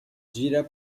gira